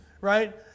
right